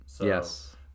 Yes